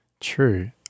true